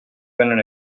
vénen